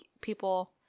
people